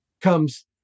comes